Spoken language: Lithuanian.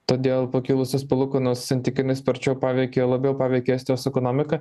todėl pakilusios palūkanos santykinai sparčiau paveikė labiau paveikė estijos ekonomiką